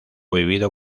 vivido